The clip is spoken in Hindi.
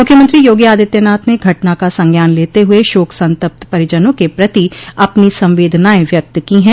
मुख्यमंत्री योगी आदित्यनाथ ने घटना का संज्ञान लेते हुए शोक संतप्त परिजनों के प्रति अपनी संवेदनाएं व्यक्त की है